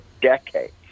decades